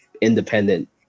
independent